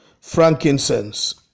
frankincense